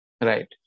Right